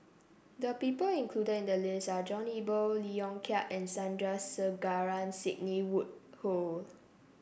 the people included in the list are John Eber Lee Yong Kiat and Sandrasegaran Sidney Woodhull